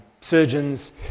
surgeons